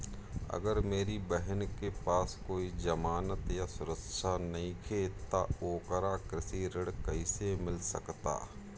अगर मेरी बहन के पास कोई जमानत या सुरक्षा नईखे त ओकरा कृषि ऋण कईसे मिल सकता?